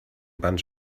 bunch